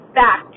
back